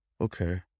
Okay